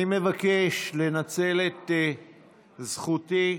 מבקש לנצל את זכותי,